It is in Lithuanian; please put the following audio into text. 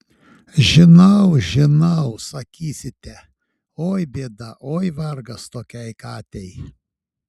žinau žinau sakysite oi bėda oi vargas tokiai katei